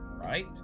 right